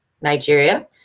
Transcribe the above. Nigeria